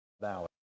valley